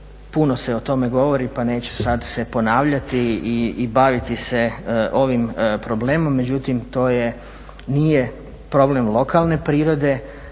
Puno se o tome govori pa neću se sada ponavljati i baviti se ovim problemom, međutim to nije problem lokalne prirode.